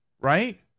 right